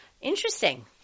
Interesting